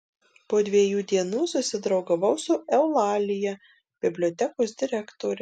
po dviejų dienų susidraugavau su eulalija bibliotekos direktore